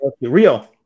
Rio